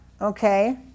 okay